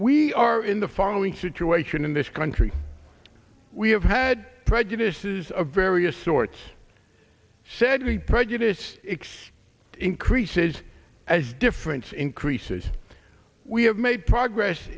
we are in the following situation in this country we have had prejudices of various sorts said the prejudice increases as difference increases we have made progress